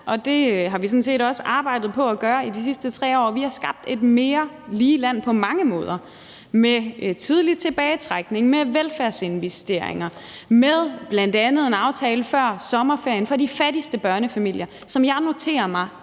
set også arbejdet på at gøre de sidste 3 år. Vi har skabt et mere lige land på mange måder med tidlig tilbagetrækning, med velfærdsinvesteringer, med bl.a. en aftale før sommerferien for de fattigste børnefamilier, som jeg noterer mig